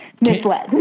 misled